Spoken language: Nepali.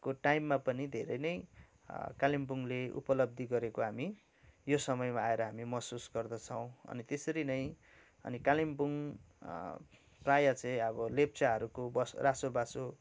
को टाइममा पनि धेरै नै कालिम्पोङले उपलब्धि गरेको हामी यो समयमा आएर हामी महसुस गर्दछौँ अनि त्यसरी नै अनि कालिम्पोङ प्राय चाहिँ अब लेप्चाहरूको रासो बासो